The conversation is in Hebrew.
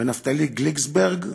ונפתלי גליקסברג,